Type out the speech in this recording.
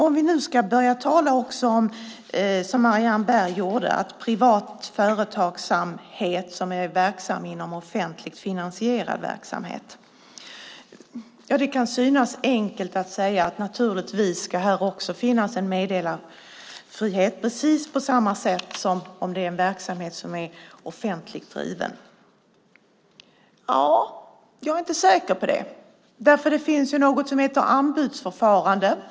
Om vi nu också, som Marianne Berg gjorde, ska börja tala om privat företagsamhet som är verksam i offentligt finansierad verksamhet kan det naturligtvis synas enkelt att där också ska finnas en meddelarfrihet precis som i offentligt driven verksamhet. Men jag är inte säker på det. Det finns ju något som heter anbudsförfarande.